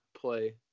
play